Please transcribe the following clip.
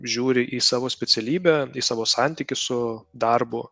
žiūri į savo specialybę į savo santykį su darbu